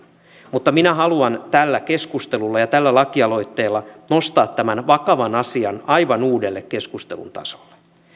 mutta minä haluan tällä keskustelulla ja tällä lakialoitteella nostaa tämän vakavan asian aivan uudelle keskustelutasolle